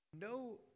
No